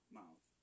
mouth